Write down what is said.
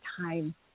time